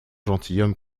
gentilhomme